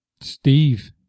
Steve